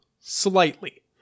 Slightly